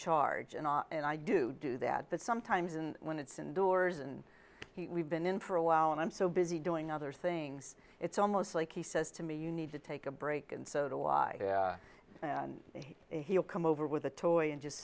charge and i do do that but sometimes and when it's indoors and he we've been in for a while and i'm so busy doing other things it's almost like he says to me you need to take a break and so to why he'll come over with a toy and just